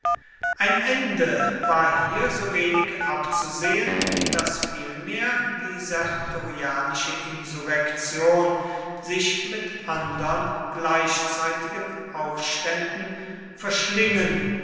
ein ende war hier so wenig abzusehen daß vielmehr die sertorianische insurrektion sich mit andern gleichzeitigen aufständen verschlingen